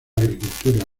agricultura